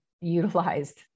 utilized